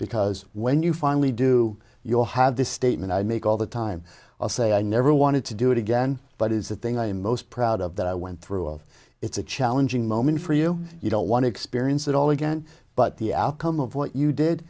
because when you finally do you'll have this statement i make all the time i'll say i never wanted to do it again but is the thing i am most proud of that i went through of it's a challenging moment for you you don't want to experience it all again but the outcome of what you did